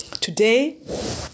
Today